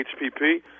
HPP